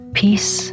peace